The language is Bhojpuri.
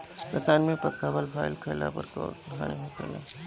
रसायन से पकावल फल खइला पर कौन हानि होखेला?